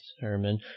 sermon